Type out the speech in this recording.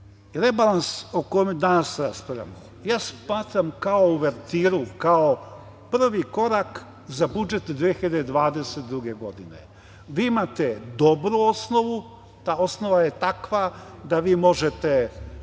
odgovore. Rebalans o kome danas raspravljamo ja smatram kao uvertiru, kao prvi korak za budžet 2022. godine. Vi imate dobru osnovu. Ta osnova je takva da vi možete